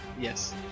Yes